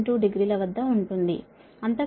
72 డిగ్రీల వద్ద ఉంటుంది అంతకు ముందు 0